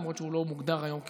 למרות שהוא לא מוגדר היום כאופנוע.